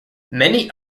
many